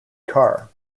carr